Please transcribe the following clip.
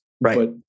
Right